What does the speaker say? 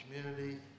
community